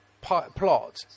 plot